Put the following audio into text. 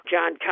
John